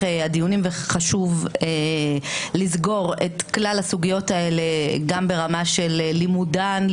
הדיונים וחשוב לסגור את כלל הסוגיות האלה גם ברמה של לימודן,